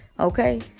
Okay